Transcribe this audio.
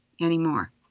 anymore